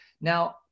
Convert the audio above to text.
Now